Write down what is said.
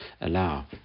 allow